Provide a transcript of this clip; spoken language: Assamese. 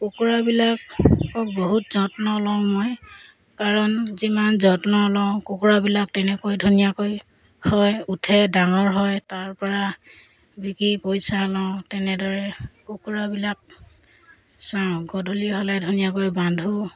কুকুৰাবিলাকক বহুত যত্ন লওঁ মই কাৰণ যিমান যত্ন লওঁ কুকুৰাবিলাক তেনেকৈ ধুনীয়াকৈ হয় উঠে ডাঙৰ হয় তাৰপৰা বিকি পইচা লওঁ তেনেদৰে কুকুৰাবিলাক চাওঁ গধূলি হ'লে ধুনীয়াকৈ বান্ধো